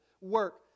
work